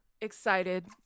excited